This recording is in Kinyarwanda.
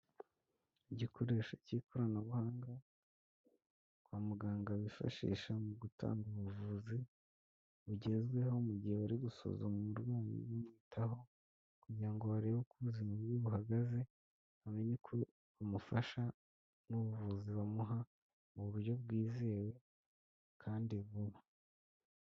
Igikoresho cy'ikoranabuhanga kwa muganga bifashisha mu gutanga ubuvuzi bugezweho mu gihe bari gusuzuma umurwayi, bamwitaho kugira ngo barebe uko ubuzima bwe buhagaze bamenye uko bamufasha n'ubuvuzi bamuha mu buryo bwizewe kandi vuba.